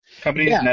companies